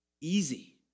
easy